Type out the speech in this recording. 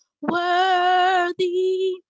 worthy